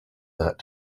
that